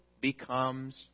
becomes